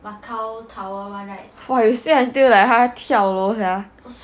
!wah! you say until like 他跳楼 sia